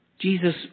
Jesus